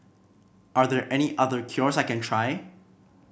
are there any other cures I can try